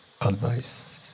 advice